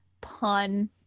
pun